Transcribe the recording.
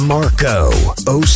Marco